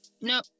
no